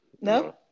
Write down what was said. No